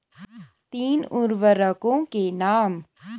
तीन उर्वरकों के नाम?